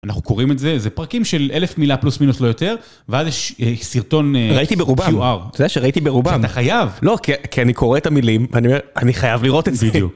אנחנו קוראים את זה, זה פרקים של אלף מילה פלוס מינוס לא יותר, ואז יש סרטון שוואוו. אתה יודע שראיתי ברובם, לא כי אני קורא את המילים ואני אומר, אני חייב לראות את זה.